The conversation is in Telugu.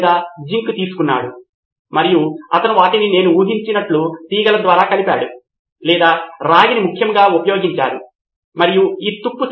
మరియు ఇది ఎల్లప్పుడూ ఉపాధ్యాయుడు తరగతిలో బోధించిన వాటికి అనుగుణంగా ఉంటుంది ఎందుకంటే ఆమె తరగతికి హాజరైన విద్యార్థులు ప్రాథమికంగా ఈ సమాచారమును పరిశీలించి సవరించే వ్యక్తులు